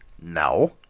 No